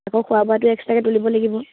আকৌ খোৱা বোৱাটো এক্সট্ৰাকৈ তুলিব লাগিব